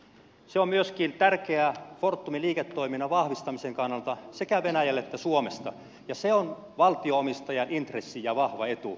se on myöskin tärkeä fortumin liiketoiminnan vahvistamisen kannalta sekä venäjälle että suomesta ja se on valtio omistajan intressi ja vahva etu